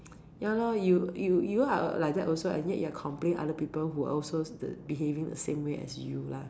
ya lor you you you are like that also and yet you're complaining other people who is also behaving the same way as you lah